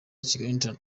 kigali